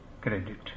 credit